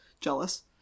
jealous